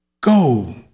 Go